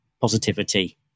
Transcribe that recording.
positivity